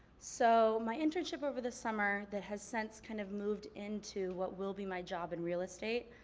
so my internship over the summer that has since kind of moved into what will be my job in real estate,